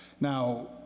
Now